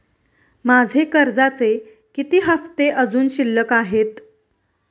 माझे कर्जाचे किती हफ्ते अजुन शिल्लक आहेत?